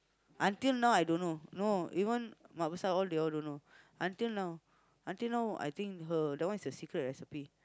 until now I don't know no even mak besar all they all don't know until now until now her I think her that one is her secret recipe